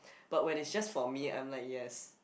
but when it's just for me I'm like yes